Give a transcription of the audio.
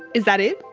is that it?